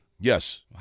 Yes